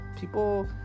People